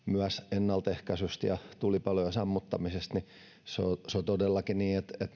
ennaltaehkäisystä ja tulipalojen sammuttamisesta ja on todellakin niin että